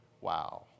Wow